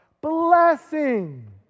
Blessing